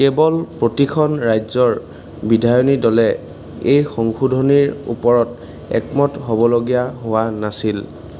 কেৱল প্ৰতিখন ৰাজ্যৰ বিধায়িনী দলে এই সংশোধনীৰ ওপৰত একমত হ'বলগীয়া হোৱা নাছিল